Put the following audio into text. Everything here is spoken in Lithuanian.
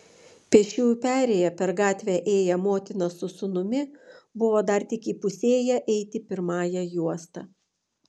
pėsčiųjų perėja per gatvę ėję motina su sūnumi buvo dar tik įpusėję eiti pirmąja juosta